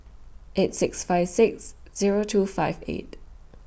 eight six five six Zero two five eight